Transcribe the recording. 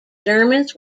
germans